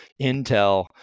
intel